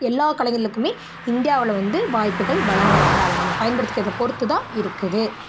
எல்லா கலைஞர்களுக்குமே இந்தியாவில் வந்து வாய்ப்புகள் வழங்கறாங்க அதை நம்ம பயன்படுத்திக்கிறதை பொறுத்து தான் இருக்குது